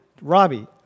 Robbie